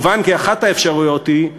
מובן כי אחת האפשרויות היא,